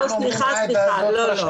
סליחה, סליחה, לא, לא.